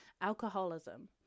Alcoholism